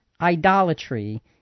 idolatry